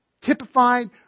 typified